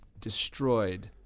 destroyed